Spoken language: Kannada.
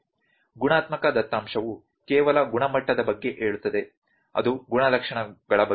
ಗುಣಾತ್ಮಕ ದತ್ತಾಂಶವು ಕೇವಲ ಗುಣಮಟ್ಟದ ಬಗ್ಗೆ ಹೇಳುತ್ತದೆ ಅದು ಗುಣಲಕ್ಷಣಗಳ ಬಗ್ಗೆ